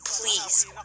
please